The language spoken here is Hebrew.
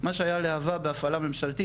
מה שהיה להבה בהפעלה ממשלתית,